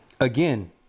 Again